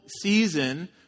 season